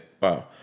wow